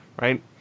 right